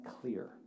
clear